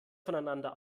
voneinander